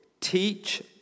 teach